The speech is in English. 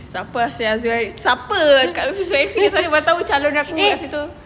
siapa sia zul siapa zul ariffin mana tahu calon aku kat situ